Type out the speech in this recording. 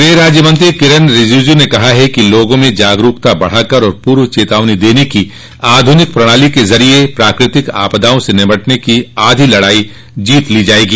गृह राज्य मंत्री किरेन रिजिजू ने कहा है कि लोगों में जागरूकता बढ़ाकर और पूर्व चेतावनी देने की आधुनिक प्रणाली के जरिये प्राकृतिक आपदाओं से निपटने की आधी लडाई जीत ली जाएगी